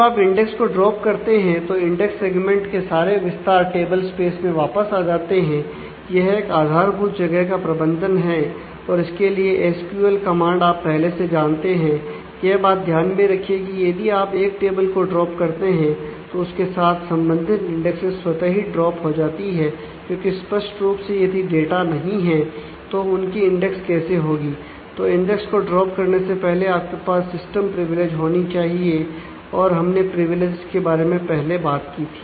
जब आप इंडेक्स को ड्रॉप करते हैं तो इंडेक्स सेगमेंट के बारे में पहले बात की थी